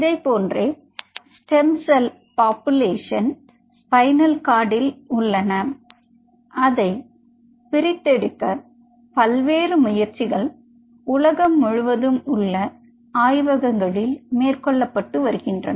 இதைப்போன்றே stem cell population spinal கார்டில் உள்ளன அதை பிரித்தெடுக்க பல்வேறு முயற்சிகள் உலகம் முழுதும் உள்ள ஆய்வகங்களில் மேற்கொள்ளப்பட்டு வருகின்றன